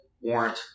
Warrant